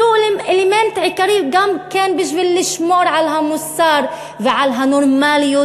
שהיא האלמנט העיקרי גם בשביל לשמור על המוסר ועל הנורמליות,